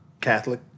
Catholic